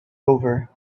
over